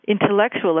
intellectual